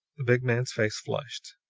the big man's face flushed,